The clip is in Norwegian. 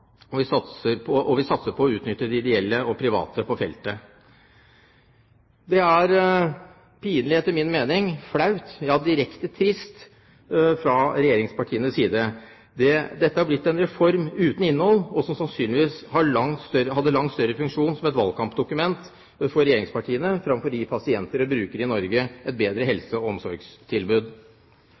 ønsker vi en slik konkret plan, og vi satser på å utnytte de ideelle og private på feltet. Dette er etter min mening pinlig, flaut, ja direkte trist fra regjeringspartienes side. Dette har blitt en reform uten innhold som sannsynligvis hadde langt større funksjon som et valgkampdokument for regjeringspartiene enn å gi pasienter og brukere i Norge et bedre helse- og omsorgstilbud.